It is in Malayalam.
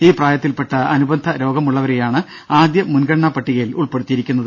ഈ പ്രായത്തിൽപ്പെട്ട അനുബന്ധ രോഗമുള്ളവരെയാണ് ആദ്യ മുൻഗണനാ പട്ടികയിൽ ഉൾപ്പെടുത്തിയിരിക്കുന്നത്